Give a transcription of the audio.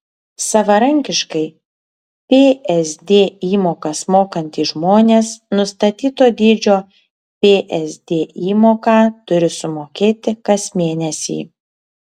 savarankiškai psd įmokas mokantys žmonės nustatyto dydžio psd įmoką turi sumokėti kas mėnesį